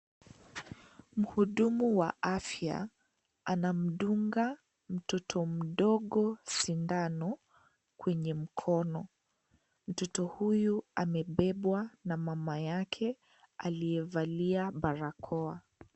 Mhudumu wa afya anamdunga mtoto mdogo sindano kwenye mkono, mtoto huyu amebebwa na mama yake aliyevalia barakoa.